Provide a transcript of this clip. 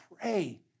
Pray